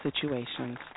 situations